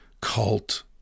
cult